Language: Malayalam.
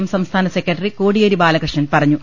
എം സംസ്ഥാന സെക്രട്ടറി കോടിയേരി ബാല കൃഷ്ണൻ പറഞ്ഞു